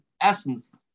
essence